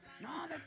No